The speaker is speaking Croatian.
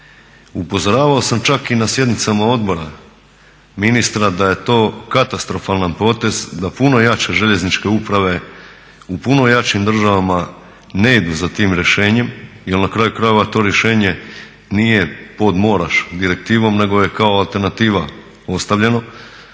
Upozoravao sam čak i na sjednicama odbora ministra da je to katastrofalan potez, da puno jače željezničke uprave u puno jačim državama ne idu za tim rješenjem, jer na kraju krajeva to rješenje nije pod moraš direktivom nego je kao alternativa ostavljeno.